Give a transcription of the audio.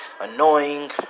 annoying